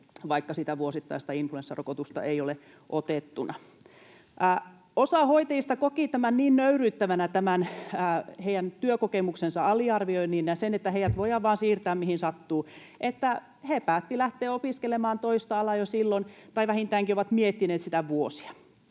vaikka sitä vuosittaista influenssarokotusta ei ole otettuna. Osa hoitajista koki tämän niin nöyryyttävänä, tämän heidän työkokemuksensa aliarvioinnin, ja sen, että heidät voidaan vain siirtää mihin sattuu, että he päättivät lähteä opiskelemaan toista alaa jo silloin tai vähintäänkin ovat miettineet sitä vuosia.